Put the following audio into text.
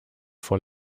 vor